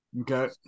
Okay